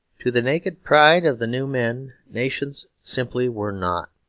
to the naked pride of the new men nations simply were not.